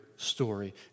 story